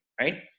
right